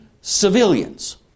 civilians